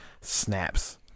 snaps